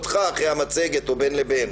כתוב לנו.